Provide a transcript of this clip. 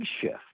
shift